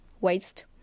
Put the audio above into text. waste